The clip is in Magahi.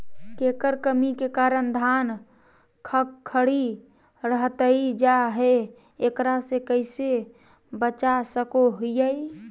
केकर कमी के कारण धान खखड़ी रहतई जा है, एकरा से कैसे बचा सको हियय?